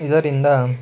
ಇದರಿಂದ